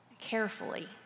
carefully